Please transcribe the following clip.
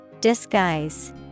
Disguise